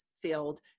field